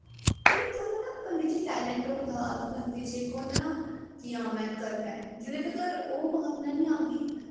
ते इक होंदा ना बंदे च टेलंट होंदा बंदे च इक होंदा ना कि हां में करना ऐ जिसले तक ओह् भावना निं आंदी